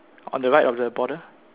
on the right of the border